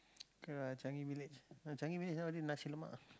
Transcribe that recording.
K lah Changi Village ah Changi Village there only Nasi-Lemak ah